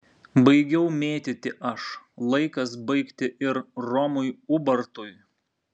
baigiau mėtyti aš laikas baigti ir romui ubartui